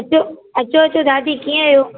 अचो अचो अचो दादी कीअं आहियो